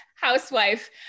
housewife